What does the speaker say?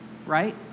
right